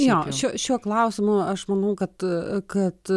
jo šiuo klausimu aš manau kad kad